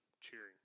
cheering